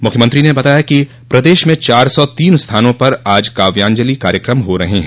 मुख्यमंत्री ने बताया कि प्रदेश में चार सौ तीन स्थानों पर आज काव्यांजलि कार्यक्रम हो रहें हैं